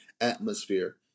atmosphere